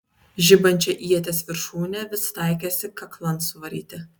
žibančią ieties viršūnę vis taikėsi kaklan suvaryti